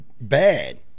bad